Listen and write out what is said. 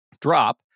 Drop